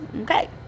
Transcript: okay